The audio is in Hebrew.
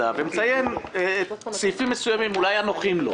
אולי למטוס.